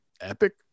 epic